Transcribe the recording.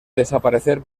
desaparecer